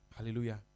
Hallelujah